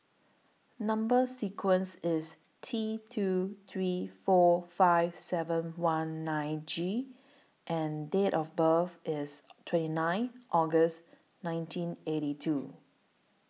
Number sequence IS T two three four five seven one nine G and Date of birth IS twenty nine August nineteen eighty two